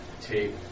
tape